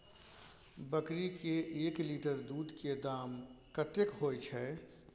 बकरी के एक लीटर दूध के दाम कतेक होय छै?